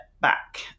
back